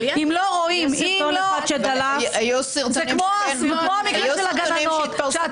זה כמו המקרים של הגננות.